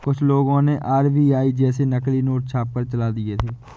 कुछ लोगों ने आर.बी.आई जैसे नकली नोट छापकर चला दिए थे